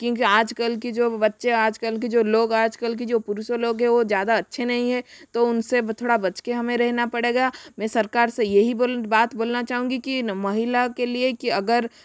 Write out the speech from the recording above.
क्योंकि आजकल के जो बच्चे आजकल के जो लोग आजकल के जो पुरुष लोग है वह ज़्यादा अच्छे नहीं है तो उनसे थोड़ा बच कर हमें रहना पड़ेगा मैं सरकार से यही बोल बात बोलना चाहूँगी कि महिला के लिए कि अगर